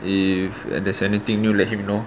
if there's anything new let him know